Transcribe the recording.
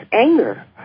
anger